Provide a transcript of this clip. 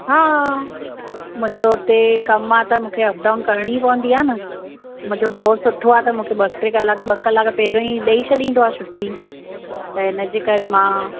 हा मुंहिंजो उते कम आहे त मूंखे अप डाउन करिणी पवंदी आहे न मुंहिंजो बॉस सुठो आहे त मूंखे ॿ टे कलाक ॿ कलाक पहिरों ई ॾई छॾींदो आहे छूटी ऐं इनजे करे मां